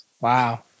Wow